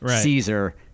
Caesar